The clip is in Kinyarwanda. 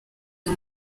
ayo